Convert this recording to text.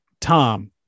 Tom